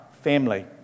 family